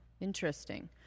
Interesting